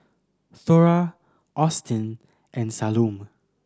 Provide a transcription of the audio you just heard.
Thora Austin and Salome